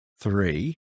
three